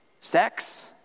sex